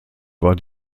war